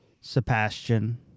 Sebastian